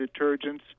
detergents